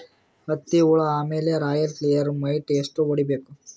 ಹತ್ತಿ ಹುಳ ಮೇಲೆ ರಾಯಲ್ ಕ್ಲಿಯರ್ ಮೈಟ್ ಎಷ್ಟ ಹೊಡಿಬೇಕು?